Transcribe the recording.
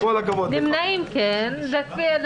כל הכבוד, זה לא